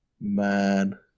Man